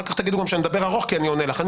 אחר כך תגידו שאני מדבר ארוך כי אני עונה לך.